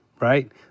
Right